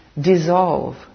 dissolve